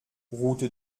route